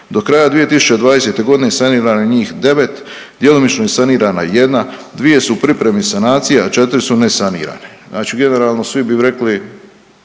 do kraja 2020.g. saniramo je njih 9, djelomično je sanirana 1, 2 su u pripremi sanacija, a 4 su nesanirane, znači generalno svi bi rekli